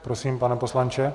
Prosím, pane poslanče.